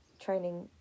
training